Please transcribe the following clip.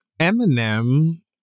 Eminem